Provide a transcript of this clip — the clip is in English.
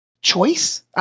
choice